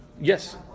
Yes